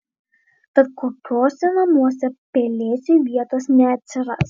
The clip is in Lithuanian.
tad kokiuose namuose pelėsiui vietos neatsiras